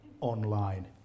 online